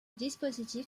dispositif